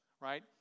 right